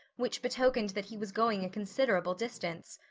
which betokened that he was going a considerable distance.